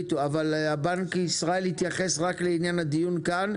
בנק ישראל יתייחס רק לעניין הדיון כאן,